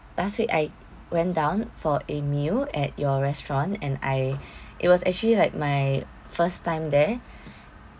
last week I went down for a meal at your restaurant and I it was actually like my first time there